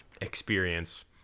experience